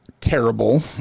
terrible